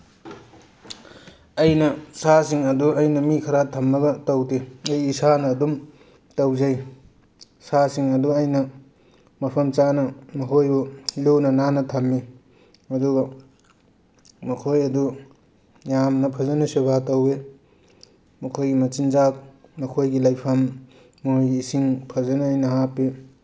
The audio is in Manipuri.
ꯑꯩꯅ ꯁꯥꯁꯤꯡ ꯑꯗꯨ ꯑꯩꯅ ꯃꯤ ꯈꯔ ꯊꯝꯂꯒ ꯇꯧꯗꯦ ꯑꯩ ꯏꯁꯥꯅ ꯑꯗꯨꯝ ꯇꯧꯖꯩ ꯁꯥꯁꯤꯡ ꯑꯗꯨ ꯑꯩꯅ ꯃꯐꯝ ꯆꯥꯅ ꯃꯈꯣꯏꯕꯨ ꯂꯨꯅ ꯅꯥꯟꯅ ꯊꯝꯃꯤ ꯑꯗꯨꯒ ꯃꯈꯣꯏ ꯑꯗꯨ ꯌꯥꯝꯅ ꯐꯖꯅ ꯁꯦꯕꯥ ꯇꯧꯋꯤ ꯃꯈꯣꯏꯒꯤ ꯃꯆꯤꯟꯆꯥꯛ ꯃꯈꯣꯏꯒꯤ ꯂꯩꯐꯝ ꯃꯣꯏꯒꯤ ꯏꯁꯤꯡ ꯐꯖꯅ ꯑꯩꯅ ꯍꯥꯞꯄꯤ